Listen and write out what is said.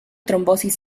trombosis